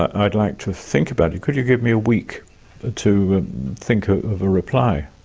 i'd like to think about it. could you give me a week to think of a reply?